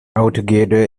altogether